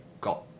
got